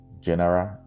General